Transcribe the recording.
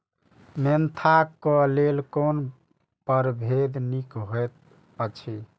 Mentha क लेल कोन परभेद निक होयत अछि?